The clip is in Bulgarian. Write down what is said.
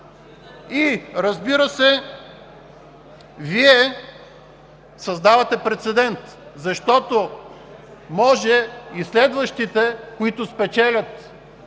Разбира се, Вие създавате прецедент, защото може и следващите, които спечелят